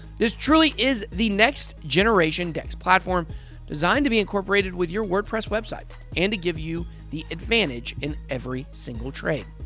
truly is the next generation dex platform designed to be incorporated with your wordpress website and to give you the advantage in every single trade.